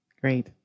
Great